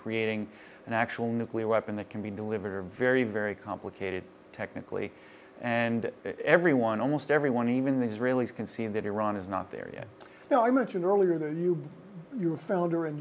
creating an actual nuclear weapon that can be delivered or very very complicated technically and everyone almost everyone even the israelis can see that iran is not there you know i mentioned earlier that you your filter and